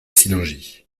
sillingy